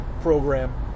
program